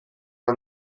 bat